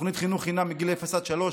תוכנית חינוך חינם מגיל אפס עד שלוש,